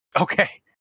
Okay